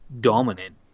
dominant